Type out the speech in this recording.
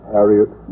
Harriet